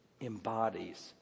embodies